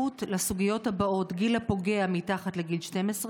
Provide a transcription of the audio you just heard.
לסוגיות הבאות: 1. גיל הפוגע מתחת לגיל 12,